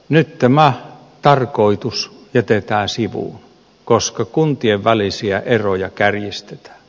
nyt tämä tarkoitus jätetään sivuun koska kuntien välisiä eroja kärjistetään